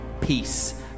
peace